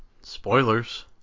Spoilers